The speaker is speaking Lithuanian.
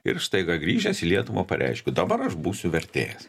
ir staiga grįžęs į lietuvą pareiškiu dabar aš būsiu vertėjas